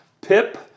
Pip